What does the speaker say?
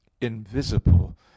invisible